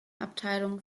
abteilungen